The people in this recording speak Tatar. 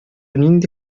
нинди